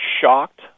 shocked